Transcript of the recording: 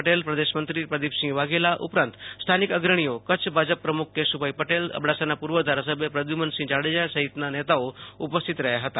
પટેલપ્રદેશમંત્રી પ્રદિપસિંહ વાઘેલો ઉપરાંત સ્થાનિક અગ્રણીઓ કચ્છ ભાજપ પ્રમુખ કેશુભાઈ પટેલઅબડાસાના પૂર્વ સંધારાસભ્ય પ્રદ્યુખ્નસિંહ જાડેજા સહિતના નેતાઓ ઉપસ્થિત રહ્યા હતા